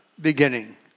beginning